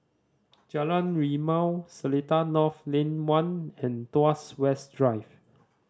Jalan Rimau Seletar North Lane One and Tuas West Drive